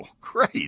great